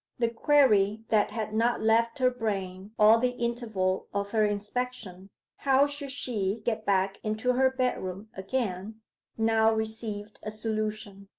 the query that had not left her brain all the interval of her inspection how should she get back into her bedroom again now received a solution.